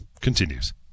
continues